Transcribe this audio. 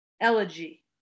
Elegy